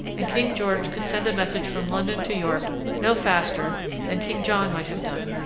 and king george could send a message from london to york no faster than king john might have done.